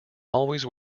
always